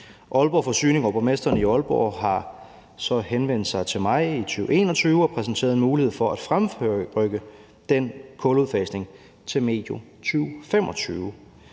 Aalborg Forsyning og borgmesteren i Aalborg har så henvendt sig til mig i 2021 og præsenteret en mulighed for at fremrykke den kuludfasning til medio 2025,